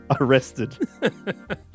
arrested